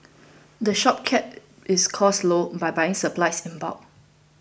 the shop keeps its costs low by buying its supplies in bulk